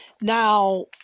Now